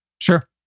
Sure